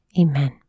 Amen